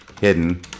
hidden